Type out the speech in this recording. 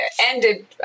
ended